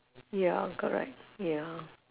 ya correct ya